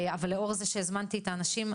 אבל לאור זה שהזמנתי את האנשים,